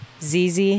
ZZ